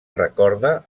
recorda